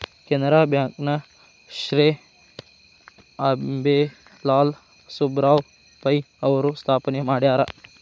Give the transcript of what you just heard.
Canara bank ನ ಶ್ರೇ ಅಂಬೇಲಾಲ್ ಸುಬ್ಬರಾವ್ ಪೈ ಅವರು ಸ್ಥಾಪನೆ ಮಾಡ್ಯಾರ